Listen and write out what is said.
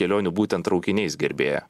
kelionių būtent traukiniais gerbėja